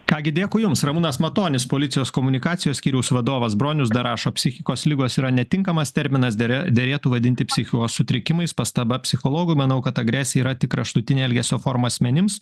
ką gi dėkui jums ramūnas matonis policijos komunikacijos skyriaus vadovas bronius dar rašo psichikos ligos yra netinkamas terminas dere derėtų vadinti psichikos sutrikimais pastaba psichologui manau kad agresija yra tik kraštutinė elgesio forma asmenims